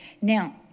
Now